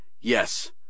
Yes